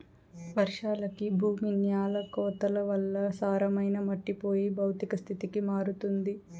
వర్షాలకి భూమి న్యాల కోతల వల్ల సారమైన మట్టి పోయి భౌతిక స్థితికి మారుతుంది